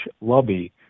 lobby